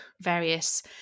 various